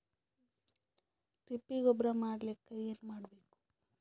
ತಿಪ್ಪೆ ಗೊಬ್ಬರ ಮಾಡಲಿಕ ಏನ್ ಮಾಡಬೇಕು?